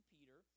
Peter